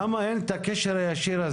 למה אין קשר ישיר?